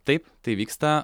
taip tai vyksta